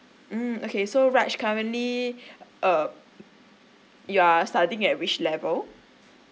mm okay so raj currently uh you are studying at which level